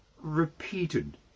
repeated